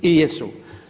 I jesu.